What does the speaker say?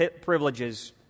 privileges